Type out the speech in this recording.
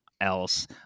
else